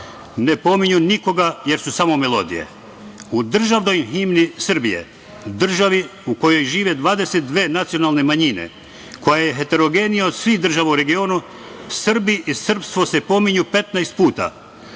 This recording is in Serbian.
ne pominju nikoga, jer su samo melodije.U državnoj himni Srbiji, državi u kojoj živi 22 nacionalne manjine, koja je heterogenija od svih država u regionu, Srbi i srpstvo se pominju 15 puta,